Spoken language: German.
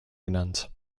genannt